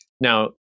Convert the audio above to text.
now